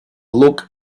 look